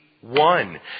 One